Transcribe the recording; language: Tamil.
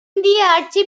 இந்திய